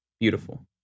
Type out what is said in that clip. Beautiful